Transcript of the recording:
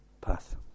path